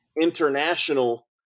international